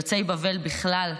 יוצאי בבל בכלל,